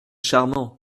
charmant